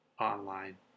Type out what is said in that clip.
online